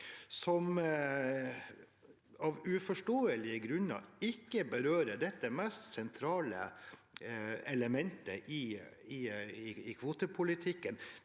som av uforståelige grunner ikke berører det mest sentrale elementet i kvotepolitikken,